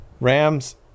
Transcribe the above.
Rams